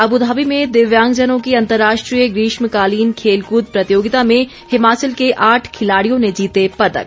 Abu Dhabi में दिव्यांगजनों की अंतर्राष्ट्रीय ग्रीष्मकालीन खेलकूद प्रतियोगिता में हिमाचल के आठ खिलाड़ियों ने जीते पदक